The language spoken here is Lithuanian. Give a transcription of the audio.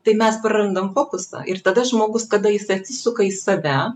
tai mes prarandam fokusą ir tada žmogus kada jis atsisuka į save